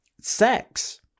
sex